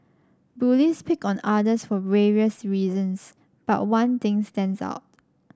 bullies pick on others for various reasons but one thing stands out